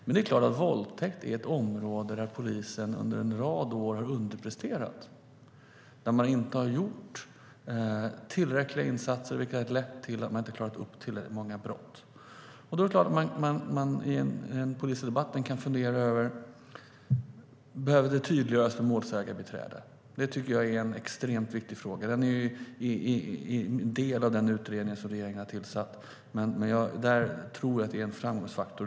Det är dock klart att våldtäkt är ett område där polisen under en rad år har underpresterat. Man har inte gjort tillräckliga insatser, vilket har lett till att man inte har klarat upp tillräckligt många brott. Då är det klart att man i polisdebatten kan fundera över om det behöver tydliggöras vad gäller målsägandebiträde. Det tycker jag är en extremt viktig fråga. Den är en del av den utredning regeringen har tillsatt, men jag tror att det är en framgångsfaktor.